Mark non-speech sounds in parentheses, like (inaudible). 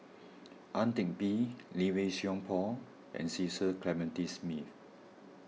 (noise) Ang Teck Bee Lee Wei Song Paul and Cecil Clementi Smith